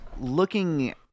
looking